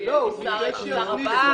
מחייב את השר הבא.